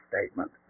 statement